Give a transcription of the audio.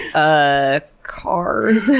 ah, cars,